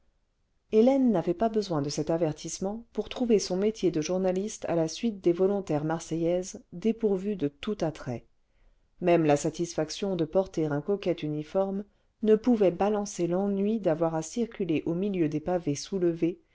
hélène n'avait pas besoin de cet avertissement pour trouver son métier de journaliste à la suite des volontaires marseillaises dépourvu de tout attrait même la satisfaction de porter un coquet uniforme ne pouvait balancer l'ennui d'avoir à circuler au milieu des pavés soulevés